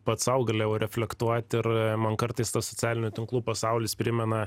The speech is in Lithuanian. pats sau galėjau reflektuoti ir man kartais tas socialinių tinklų pasaulis primena